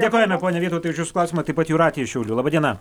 dėkojame pone vytautai už jūsų klausimą taip pat jūratė iš šiaulių laba diena